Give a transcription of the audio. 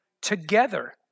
together